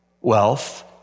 wealth